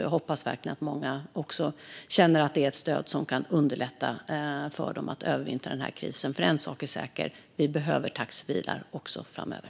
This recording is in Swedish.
Jag hoppas verkligen att många känner att det är ett stöd som kan underlätta för dem att övervintra krisen. En sak är säker: Vi behöver taxibilar även framöver.